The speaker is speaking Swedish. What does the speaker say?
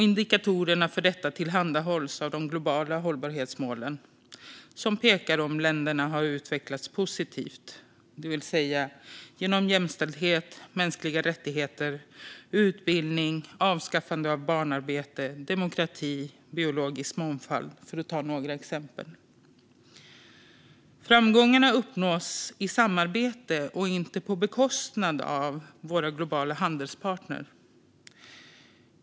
Indikatorerna för detta tillhandahålls av de globala hållbarhetsmålen, som pekar på om länderna har utvecklats positivt vad gäller jämställdhet, mänskliga rättigheter, utbildning, avskaffande av barnarbete, demokrati och biologisk mångfald, för att ta några exempel. Framgångarna uppnås i samarbete med, inte på bekostnad av, våra globala handelspartner.